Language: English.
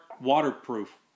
waterproof